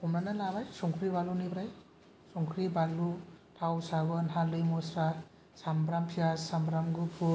हमनानै लाबाय संख्रि बानलुनिफ्राय संख्रि बानलु थाव साबोन हालदै मस्ला सामब्राम पियाज सामब्राम गुफुर